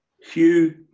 Hugh